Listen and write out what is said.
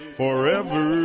forever